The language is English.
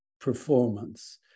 performance